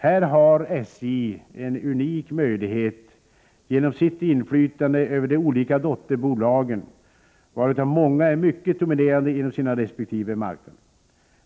Här har SJ en unik möjlighet genom sitt inflytande över de olika dotterbolagen, varav många är mycket dominerande inom sina resp. marknader.